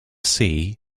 sea